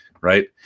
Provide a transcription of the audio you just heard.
right